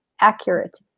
accurate